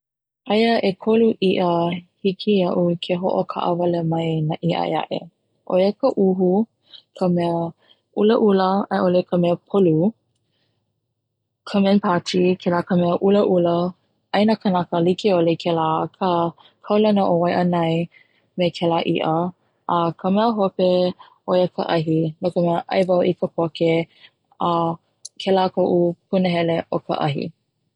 Aia ʻekolu iʻa hiki iaʻu ke hoʻokaʻawale mai na iʻa ʻe aʻe, oia ka uhu ka mea ulaʻula ai ʻole ka mea polu, ka manpachi kela ka mea ʻulaʻula ʻai na kanaka likeʻole i kela, aka kaulana o waiʻanae me kela iʻa ka mea hope ʻoia ka ahi ʻai wau i ka poke a kela koʻu punahele o ka ahi.